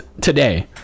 today